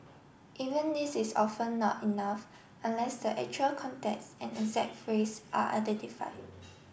even this is often not enough unless the actual context and exact phrase are identified